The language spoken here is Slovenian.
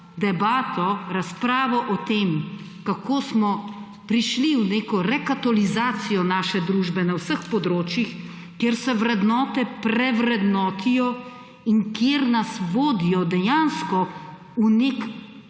debato o tem, kako smo prišli v neko rekatolizacijo naše družbe na vseh področjih, kjer se vrednote prevrednotijo in kjer nas vodijo dejansko v nek